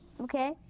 Okay